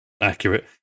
accurate